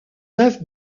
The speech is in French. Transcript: neuf